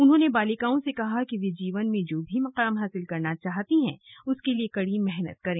उन्होंने बालिकाओं से कहा कि वे े जीवन में जो भी मुकाम हासिल करना चाहती हैं उसके लिए कड़ी मेहनत करें